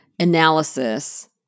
analysis